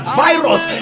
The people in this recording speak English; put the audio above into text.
virus